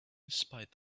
spite